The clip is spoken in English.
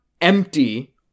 empty